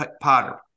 Potter